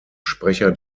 sprecher